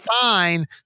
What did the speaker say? fine